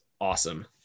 awesome